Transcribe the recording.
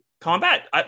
Combat